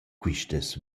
quistas